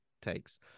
takes